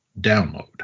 download